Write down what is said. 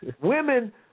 Women